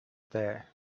there